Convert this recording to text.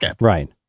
Right